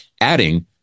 adding